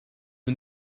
and